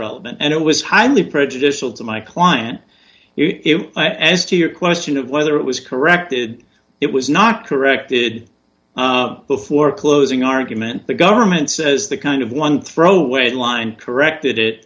relevant and it was highly prejudicial to my client as to your question of whether it was corrected it was not corrected before closing argument the government says the kind of one throwaway line corrected it